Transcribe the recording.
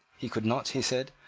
he could not, he said,